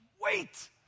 wait